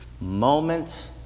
moments